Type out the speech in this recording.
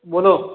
બોલો